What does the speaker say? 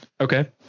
Okay